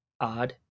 odd